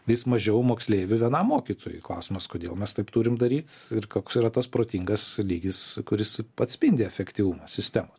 vis mažiau moksleivių vienam mokytojui klausimas kodėl mes taip turim daryt ir koks yra tas protingas lygis kuris atspindi efektyvumą sistemos